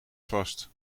vast